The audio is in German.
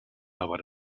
aber